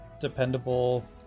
dependable